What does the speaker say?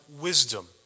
wisdom